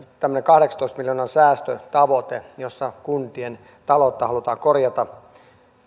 tämmöinen kahdeksantoista miljoonan säästötavoite jossa kuntien taloutta halutaan korjata